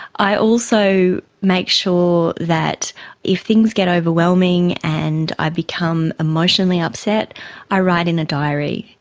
i also make sure that if things get overwhelming and i become emotionally upset i write in a diary.